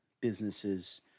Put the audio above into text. Businesses